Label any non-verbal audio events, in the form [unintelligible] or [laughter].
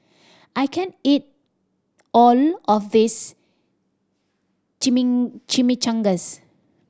I can't eat all of this [unintelligible] Chimichangas